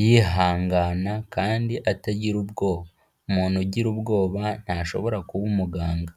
yihangana kandi atagira ubwoba, umuntu ugira ubwoba ntashobora kuba umuganga.